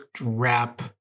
wrap